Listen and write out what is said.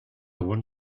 want